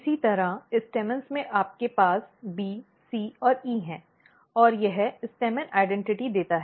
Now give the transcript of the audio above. इसी तरह पुंकेसर में आपके पास B C और E है और यह पुंकेसर को पहचान देता है